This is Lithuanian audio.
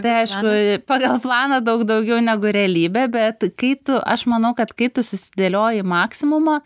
tai aišku pagal planą daug daugiau negu realybė bet kai tu aš manau kad kai tu susidėlioji maksimumą